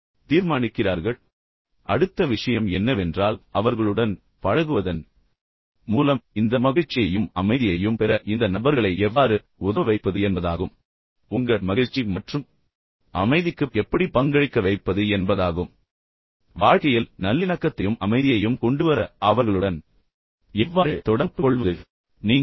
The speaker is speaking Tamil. இப்போது அதை நீங்கள் புரிந்து கொண்டீர்கள் என்றால் இப்போது அடுத்த விஷயம் என்னவென்றால் அவர்களுடன் பழகுவதன் மூலம் இந்த மகிழ்ச்சியையும் அமைதியையும் பெற இந்த நபர்களை எவ்வாறு உதவ வைப்பது என்பதாகும் பின்னர் அவர்களை உங்கள் மகிழ்ச்சி மற்றும் அமைதிக்குப் எப்படி பங்களிக்க வைப்பது என்பதாகும் உங்கள் வாழ்க்கையில் நல்லிணக்கத்தையும் அமைதியையும் கொண்டுவர அவர்களுடன் எவ்வாறு தொடர்புகொள்வது என்பது உங்களுக்குத் தெரிந்திருப்பது முக்கியம்